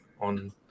on